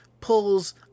pulls